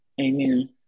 Amen